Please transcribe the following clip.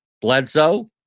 Bledsoe